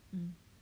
mm